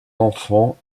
enfants